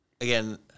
Again